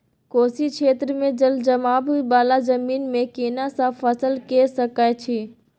कोशी क्षेत्र मे जलजमाव वाला जमीन मे केना सब फसल के सकय छी?